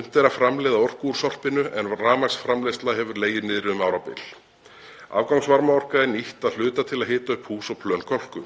Unnt er að framleiða orku úr sorpinu, en rafmagnsframleiðsla hefur legið niðri um árabil. Afgangsvarmaorkan er nýtt að hluta til að hita upp hús og plön Kölku.